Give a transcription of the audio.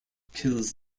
kills